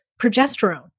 progesterone